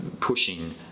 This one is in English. pushing